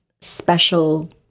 special